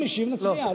אם לא משיב, נצביע.